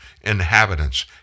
inhabitants